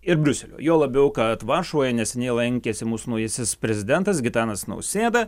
ir briuselio juo labiau kad varšuvoje neseniai lankėsi mūsų naujasis prezidentas gitanas nausėda